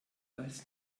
als